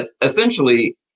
essentially